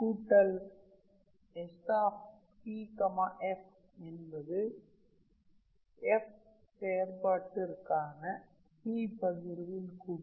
கூட்டல்SPfஎன்பது f செயற்பாட்டிற்கான P பகிர்வின் கூட்டு